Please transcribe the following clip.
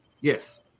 Yes